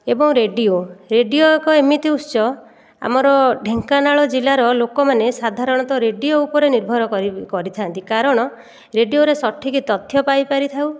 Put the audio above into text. ଏବଂ radio radio ଏକ ଏମିତି ଉତ୍ସ ଆମର ଢେଙ୍କାନାଳ ଜିଲ୍ଲାର ଲୋକମାନେ ସାଧାରଣ ରେଡ଼ିଓ ଉପରେ ନିର୍ଭର କରି କରିଥାନ୍ତି କାରଣ ରେଡ଼ିଓରେ ସଠିକ୍ ତଥ୍ୟ ପାଇପାରିଥାଉ